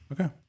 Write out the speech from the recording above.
Okay